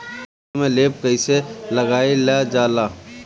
खेतो में लेप कईसे लगाई ल जाला?